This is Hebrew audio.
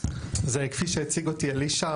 אז כפי שהציג אותי אלישע,